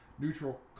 neutral